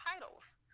titles